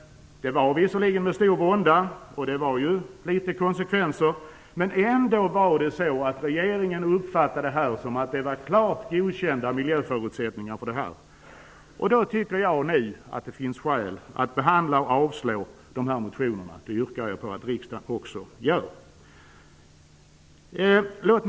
Det skedde visserligen med stor vånda och medförde vissa konsekvenser, men regeringen uppfattade ändå att miljöförutsättningarna var klart godkända. Jag tycker att det nu finns skäl att behandla och avslå dessa motioner. Jag yrkar på att riksdagen skall göra det.